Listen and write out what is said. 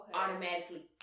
automatically